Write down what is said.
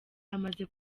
amaze